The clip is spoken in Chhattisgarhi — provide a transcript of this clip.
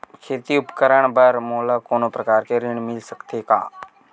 खेती उपकरण बर मोला कोनो प्रकार के ऋण मिल सकथे का?